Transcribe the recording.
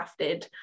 crafted